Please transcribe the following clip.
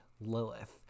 lilith